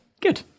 good